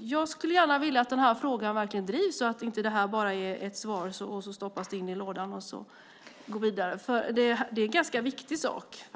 Jag skulle gärna vilja att den frågan drivs så att det inte bara blir ett svar som sedan stoppas in i lådan utan att man går vidare. Det är en ganska viktig sak.